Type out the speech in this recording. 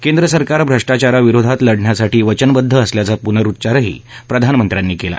केंद्र सरकार भ्रष्टाचाराविरोधात लढण्यासाठी वचनबद्ध असल्याचा पुनरुच्चार प्रधानमंत्र्यांनी केला